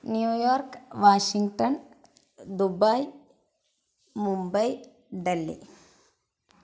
New York Washington Dubai Mumbai Delhi